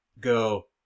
go